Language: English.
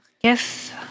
Yes